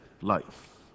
life